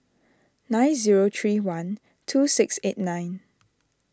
nine zero three one two six eight nine